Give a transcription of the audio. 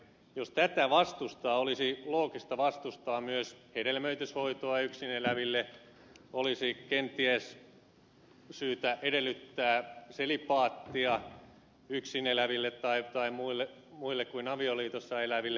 jos tätä vastustaa olisi loogista vastustaa myös hedelmöityshoitoa yksin eläville olisi kenties syytä edellyttää selibaattia yksin eläville tai muille kuin avioliitossa eläville